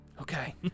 Okay